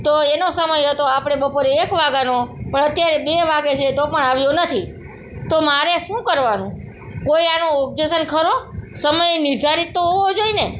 તો એનો સમય હતો આપણે બપોરે એક વાગ્યાનો પરંતુ અત્યારે બે વાગે છે તો પણ આવ્યો નથી તો મારે શું કરવાનું કોઈ આનું ઓબ્જેસન ખરું સમય નિર્ધારિત તો હોવો જોઇએ ને